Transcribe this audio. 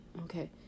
okay